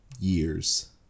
years